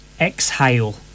exhale